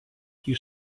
few